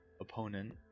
opponent